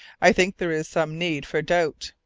i think there is some need for doubt,